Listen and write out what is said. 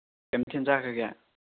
ꯀꯩ ꯃꯊꯦꯟ ꯆꯥꯈ꯭ꯔꯒꯦ